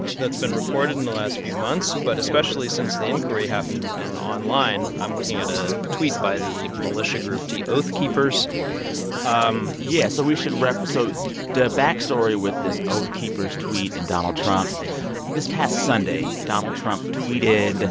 that's been reported in the last few months, but especially since the inquiry happened. and online, i'm looking at a tweet by the militia group the oath keepers um yeah. so we should so the backstory with this oath keepers tweet and donald trump this past sunday, donald trump tweeted